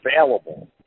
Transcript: available